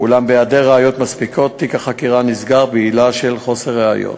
אולם בהיעדר ראיות מספיקות תיק החקירה נסגר בעילה של חוסר ראיות.